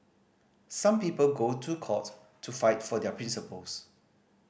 some people go to court to fight for their principles